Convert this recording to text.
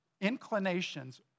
inclinations